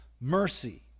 mercy